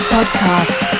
Podcast